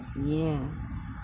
Yes